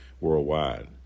worldwide